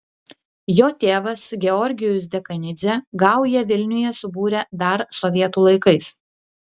jo tėvas georgijus dekanidzė gaują vilniuje subūrė dar sovietų laikais